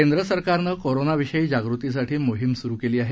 केंद्र सरकारनं कोरोनाविषयी जागृतीसाठी मोहीम सुरु केली आहे